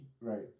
Right